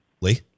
Lee